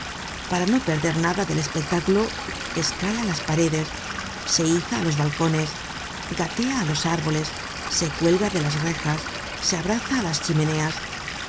para no perder nada del espectáculo escala las paredes se iza á los balcones gatea á los árboles se cuelga de las rejas se abraza á las chimeneas